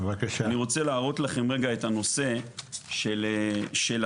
אני רוצה להראות לכם רגע את הנושא של 'עתידים'.